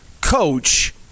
coach